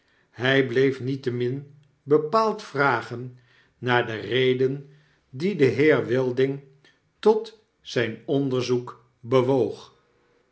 hij bleef niettemin bepaald vragen naar de reden die den heer wilding m geen uitweg tot zfin onderzoek bewoog